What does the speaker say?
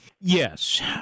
Yes